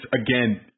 Again